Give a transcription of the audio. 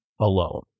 alone